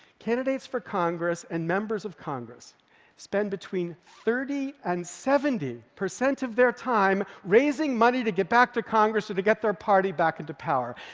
candidates for congress and members of congress spend between thirty and seventy percent of their time raising money to get back to congress or to get their party back into power,